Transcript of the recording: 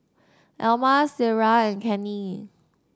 Elma Ciera and Kenney